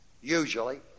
Usually